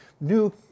new